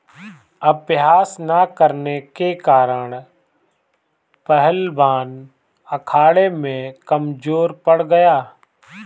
अभ्यास न करने के कारण पहलवान अखाड़े में कमजोर पड़ गया